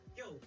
yo